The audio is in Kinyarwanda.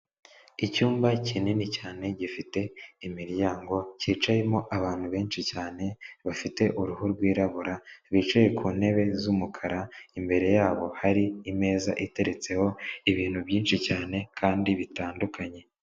Icyumba kinini cyane gifite imiryango cyicayemo abantu benshi cyane bafite uruhu rwirabura bicaye ku ntebe z'umukara imbere yabo hari imeza iteretseho ibintu byinshi cyane kandi bitandukanye.